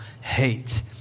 hate